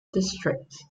district